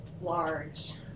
large